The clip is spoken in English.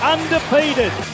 Undefeated